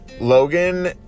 Logan